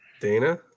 Dana